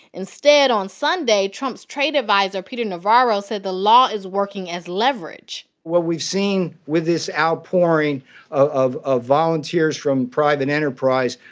instead on sunday, trump's trade adviser, peter navarro, said the law is working as leverage what we've seen with this outpouring of ah volunteers from private enterprise,